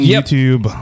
YouTube